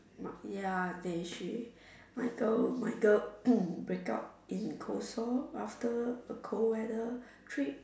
my ya they she my girl my girl break up in cold sore after a cold weather